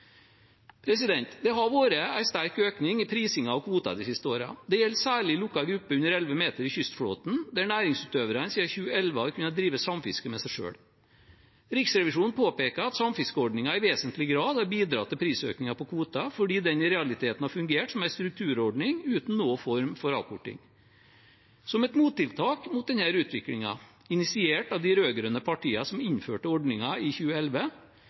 Det har vært en sterk økning i prisingen av kvoter de siste årene. Det gjelder særlig lokale grupper på under elleve meter i kystflåten, der næringsutøverne siden 2011 har kunnet drive samfiske med seg selv. Riksrevisjonen påpeker at samfiskeordningen i vesentlig grad har bidratt til prisøkningen for kvoter fordi den i realiteten har fungert som en strukturordning uten noen form for avkorting. Som et mottiltak mot denne utviklingen, initiert av de rød-grønne partiene, som innførte ordningen i 2011,